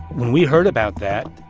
when we heard about that,